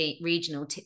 regional